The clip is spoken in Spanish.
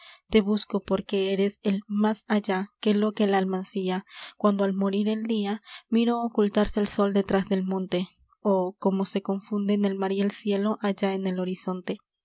te busco porque eres el más allá que loca el alma ansía cuando al morir el dia miro ocultarse el sol detrás del monte ó cómo se confunden el mar y el cielo allá en el horizonte